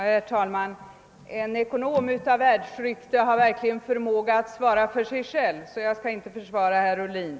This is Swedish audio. Herr talman! En ekonom av världsrykte har verkligen förmåga att svara för sig själv, så jag skall inte försvara herr Ohlin.